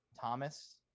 Thomas